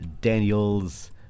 Daniel's